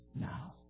now